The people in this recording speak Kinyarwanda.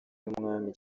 n’umwami